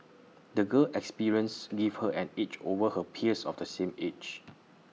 the girl's experiences give her an edge over her peers of the same age